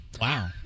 wow